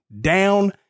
down